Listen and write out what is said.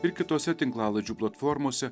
ir kitose tinklalaidžių platformose